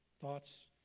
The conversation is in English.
thoughts